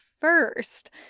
first